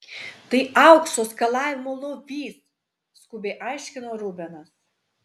tai aukso skalavimo lovys skubiai aiškino rubenas